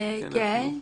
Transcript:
כן.